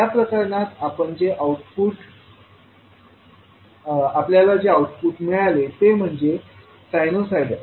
या प्रकरणात आपल्याला जे आउटपुट मिळेल ते म्हणजे सायनोसोईडल